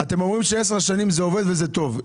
אתם אומרים שעשר שנים זה עובד וזה טוב.